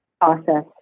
process